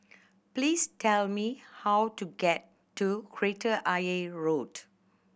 please tell me how to get to Kreta Ayer Road